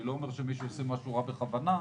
אני לא אומר שמישהו עושה משהו רע בכוונה,